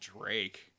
Drake